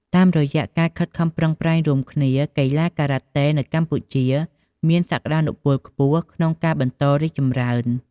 តាមរយៈការខិតខំប្រឹងប្រែងរួមគ្នា កីឡាការ៉ាតេនៅកម្ពុជាមានសក្ដានុពលខ្ពស់ក្នុងការបន្តរីកចម្រើន។